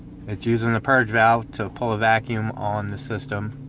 it's using a purge valve to pull a vacuum all in this system